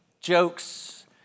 jokes